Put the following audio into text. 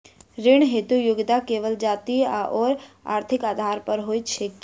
ऋण हेतु योग्यता केवल जाति आओर आर्थिक आधार पर होइत छैक की?